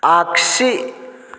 आगसि